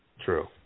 True